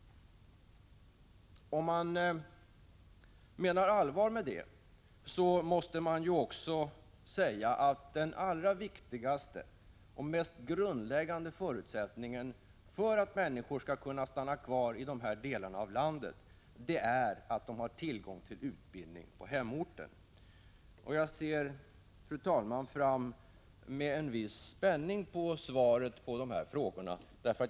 Menar man allvar med detta måste man medge att den allra viktigaste och grundläggande förutsättningen för att människor skall kunna stanna kvar i dessa delar av landet är att de har tillgång till utbildning på hemorten. Fru talman! Jag ser med en viss spänning fram emot svaret på dessa frågor.